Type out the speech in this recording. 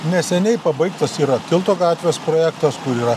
neseniai pabaigtas yra tilto gatvės projektas kur yra